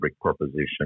proposition